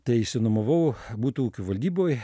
tai išsinuomavau butų ūkių valdyboj